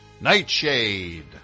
Nightshade